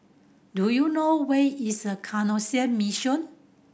do you know where is Canossian Mission